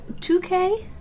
2K